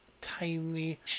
tiny